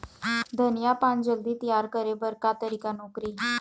धनिया पान जल्दी तियार करे बर का तरीका नोकरी?